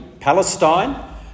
Palestine